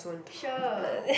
sure